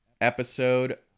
episode